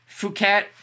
Phuket